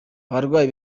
abarwayi